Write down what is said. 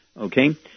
Okay